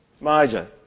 Major